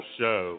show